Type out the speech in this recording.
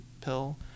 pill